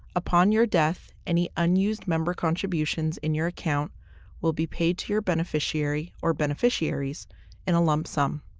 upon your death, any unused member contributions in your account will be paid to your beneficiary or beneficiaries in a lump sum.